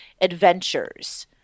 adventures